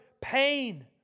pain